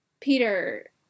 Peter